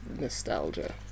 nostalgia